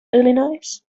illinois